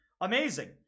amazing